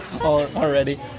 already